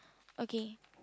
okay